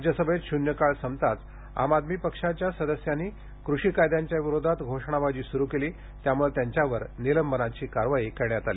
राज्यसभेत शून्यकाळ संपताच आम आदमी पक्षाच्या सदस्यांनी कृषी कायद्यांच्या विरोधात घोषणाबाजी सुरू केली त्यामुळं त्यांच्यावर निलंबनाची कारवाई करण्यात आली